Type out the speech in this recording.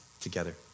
together